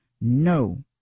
No